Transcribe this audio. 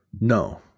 No